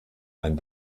einen